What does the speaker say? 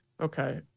Okay